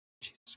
Jesus